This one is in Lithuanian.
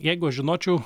jeigu aš žinočiau